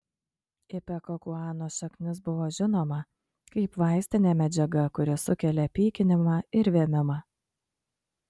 ipekakuanos šaknis buvo žinoma kaip vaistinė medžiaga kuri sukelia pykinimą ir vėmimą